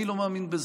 אני לא מאמין בזה.